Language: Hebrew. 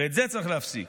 ואת זה צריך להפסיק.